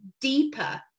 deeper